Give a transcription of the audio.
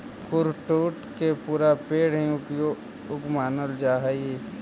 कुट्टू के पुरा पेड़ हीं उपयोगी मानल जा हई